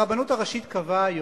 הרבנות הראשית קבעה היום,